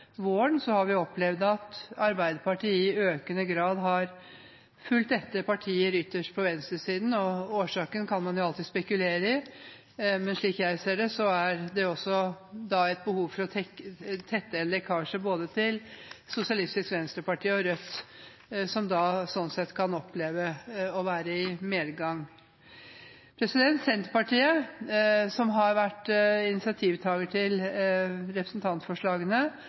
våren har vi opplevd at Arbeiderpartiet i økende grad har fulgt etter partier ytterst på venstresiden. Årsaken kan man alltids spekulere i, men slik jeg ser det, er det også et behov for å tette en lekkasje til både Sosialistisk Venstreparti og Rødt, som sånn sett kan oppleve å være i medgang. Senterpartiet har vært initiativtaker til et av representantforslagene.